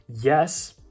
Yes